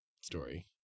story